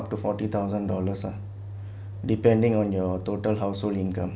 up to forty thousand dollars ah depending on your total household income